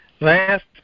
Last